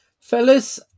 Fellas